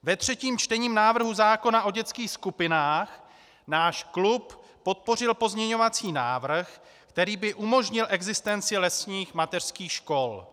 Ve třetím čtení návrhu zákona o dětských skupinách náš klub podpořil pozměňovací návrh, který by umožnil existenci lesních mateřských škol.